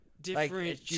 different